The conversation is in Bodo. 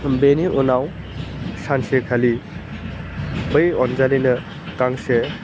बेनि उनाव सानसेखालि बै अन्जालिनो गांसे